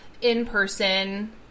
in-person